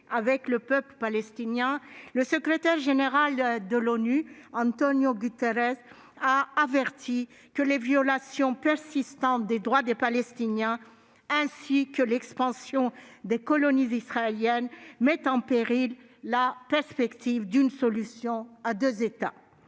avec le peuple palestinien, le secrétaire général de l'ONU, António Guterres, a averti que les violations persistantes des droits des Palestiniens ainsi que l'expansion des colonies israéliennes mettaient en péril la perspective d'une solution à deux États.